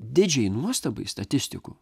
didžiai nuostabai statistikų